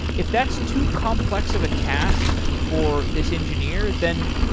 if that's too complex of a task for this engineer, then